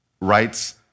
rights